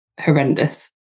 horrendous